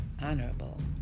honorable